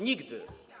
Nigdy.